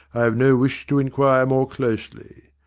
i have no wish to inquire more closely.